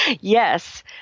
Yes